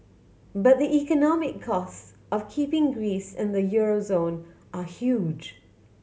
but the economic cost of keeping Greece in the euro zone are huge